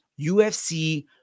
UFC